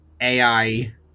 AI